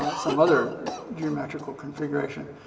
some other geometrical configuration.